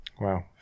wow